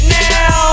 now